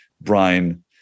Brian